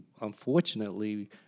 unfortunately